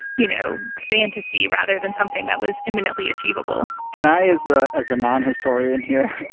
you know, fantasy rather than something that was imminently achievable can i as the as the non historian here,